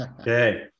Okay